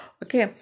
okay